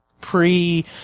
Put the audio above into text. pre